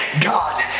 God